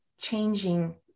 changing